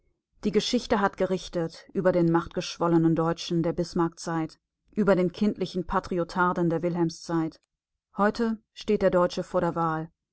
die geschichte hat gerichtet über den machtgeschwollenen deutschen der bismarckzeit über den kindlichen patriotarden der wilhelmszeit heute steht der deutsche vor der wahl